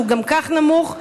שהוא גם כך נמוך,